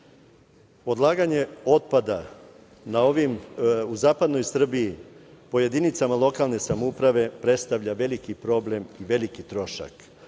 sanira. Odlaganje otpada u zapadnoj Srbiji po jedinicama lokalne samouprave predstavlja veliki problem i veliki trošak.